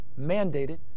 mandated